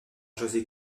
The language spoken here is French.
josé